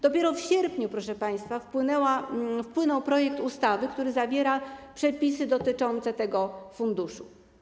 Dopiero w sierpniu, proszę państwa, wpłynął projekt ustawy, który zawiera przepisy dotyczące tego funduszu.